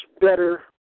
better